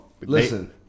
Listen